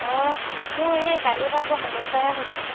অঁ মোৰ এই কালিৰপৰা বৰ সমস্যা এটা হৈছে